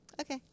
Okay